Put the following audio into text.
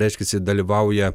reiškiasi dalyvauja